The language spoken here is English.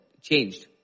changed